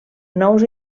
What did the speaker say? nous